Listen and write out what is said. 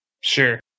Sure